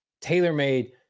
tailor-made